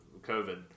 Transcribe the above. COVID